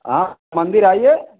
हाँ मंदिर आइए